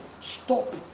Stop